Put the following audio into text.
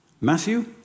Matthew